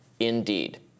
indeed